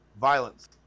Violence